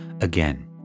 Again